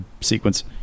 sequence